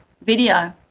video